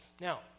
Now